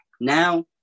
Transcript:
Now